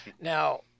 now